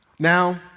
Now